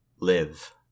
live